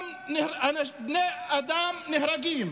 בני אדם נהרגים